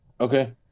Okay